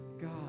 God